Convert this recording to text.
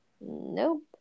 Nope